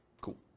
Cool